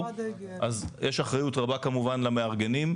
אז יש אחריות רבה כמובן למארגנים,